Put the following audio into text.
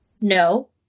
No